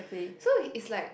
so is like